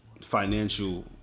financial